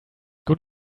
good